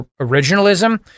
originalism